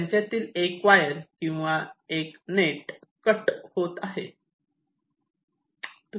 त्यांच्यातील एक वायर किंवा एक नेट कट होत आहे